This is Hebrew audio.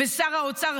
ואת שר האוצר,